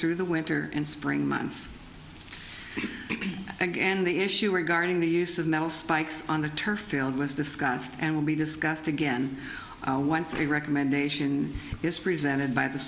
through the winter and spring months and the issue regarding the use of metal spikes on the turf field was discussed and will be discussed again once a recommendation is presented by the